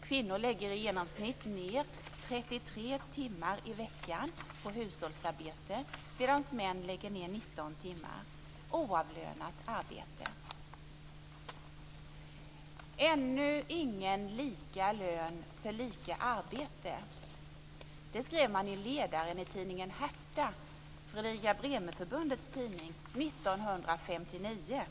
Kvinnor lägger i genomsnitt ned 33 timmar i veckan på hushållsarbete, medan män lägger ned 19 timmar - oavlönat arbete. Ännu ingen lika lön för lika arbete - så skrev man i ledaren i tidningen Hertha, Fredrika-Bremerförbundets tidning, år 1959.